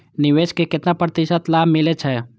निवेश में केतना प्रतिशत लाभ मिले छै?